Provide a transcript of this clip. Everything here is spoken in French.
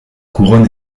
couronne